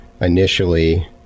initially